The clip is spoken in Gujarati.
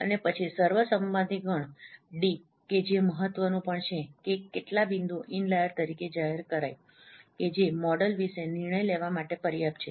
અને પછી સર્વસંમતિ ગણ કદ ડી કે જે મહત્વનું પણ છે કે કેટલા બિંદુઓ ઇનલાઈર તરીકે જાહેર કરાઈ કે જે મોડેલ વિશે નિર્ણય લેવા માટે પર્યાપ્ત છે